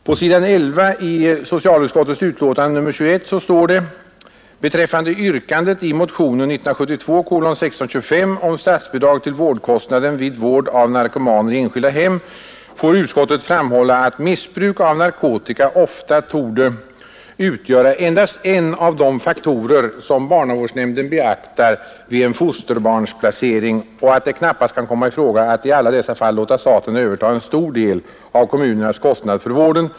På s. 11 i socialutskottets betänkande står: ”Beträffande yrkandet i motionen 1972:1625 om statsbidrag till vårdkostnaden vid vård av narkomaner i enskilda hem får utskottet framhålla att missbruk av narkotika ofta torde utgöra endast en av de faktorer som barnavårdsnämnden beaktar vid en fosterbarnsplacering och att det knappast kan komma i fråga att i alla dessa fall låta staten överta en stor del av kommunernas kostnad för vården.